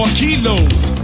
kilos